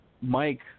Mike